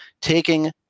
taking